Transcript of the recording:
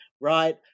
right